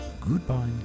goodbye